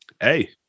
Hey